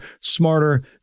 smarter